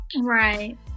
right